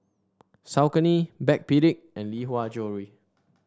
Saucony Backpedic and Lee Hwa Jewellery